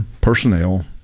personnel